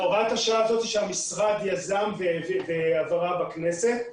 הוראת השעה הזאת, שהמשרד יזם ועברה בכנסת,